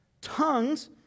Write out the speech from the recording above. Tongues